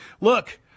Look